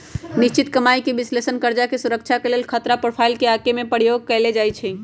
निश्चित कमाइके विश्लेषण कर्जा सुरक्षा के लेल खतरा प्रोफाइल के आके में प्रयोग कएल जाइ छै